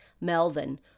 melvin